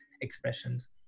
expressions